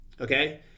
okay